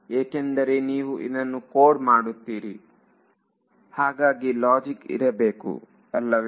ಏಕೆಂದರೆ ನೀವು ಇದನ್ನು ಕೋಡ್ ಮಾಡುತ್ತೀರಿ ಹಾಗಾಗಿ ಲಾಜಿಕ್ ಇರಬೇಕು ಅಲ್ಲವೇ